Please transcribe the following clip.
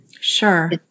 Sure